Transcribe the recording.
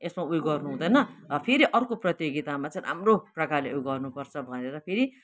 यसमा उयो गर्नु हुँदैन फेरि अर्को प्रतियोगितामा चाहिँ राम्रो प्रकारले ऊ गर्नु पर्छ भनेर फेरि